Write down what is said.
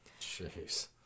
Jeez